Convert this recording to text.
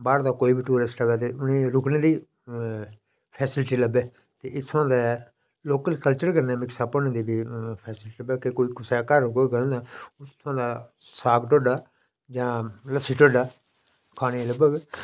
बाह्रा दा कोई बी टूरिस्ट अवै ते उ'नें रुकने दी फैसिलिटी लब्भै ते इत्थुआं दे लोकल कल्चर कन्नै मिक्सअप होने दा बी फैसिलिटी लब्भै के कोई कुसै घर खोड़ग उत्थुआं दा साग ढोड्डा जां लस्सी ढोड्डा खाने लब्भग